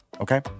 okay